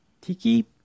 Tiki